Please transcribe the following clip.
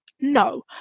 No